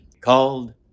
called